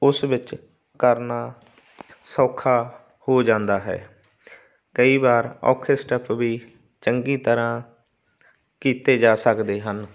ਉਸ ਵਿੱਚ ਕਰਨਾ ਸੌਖਾ ਹੋ ਜਾਂਦਾ ਹੈ ਕਈ ਵਾਰ ਔਖੇ ਸਟੈਪ ਵੀ ਚੰਗੀ ਤਰ੍ਹਾਂ ਕੀਤੇ ਜਾ ਸਕਦੇ ਹਨ